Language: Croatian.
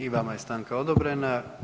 I vama je stanka odobrena.